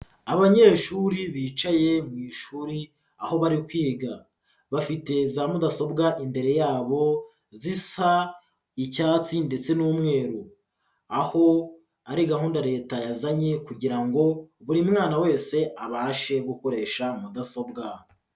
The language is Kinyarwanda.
Abanyeshuri bicaye mu ishuri aho bari kwiga, bafite za mudasobwa imbere yabo zisa icyatsi ndetse n'umweru, aho ari gahunda leta yazanye kugira ngo buri mwana wese abashe gukoresha mudasobwa.